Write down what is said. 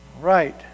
Right